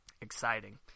exciting